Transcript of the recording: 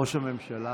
ראש הממשלה.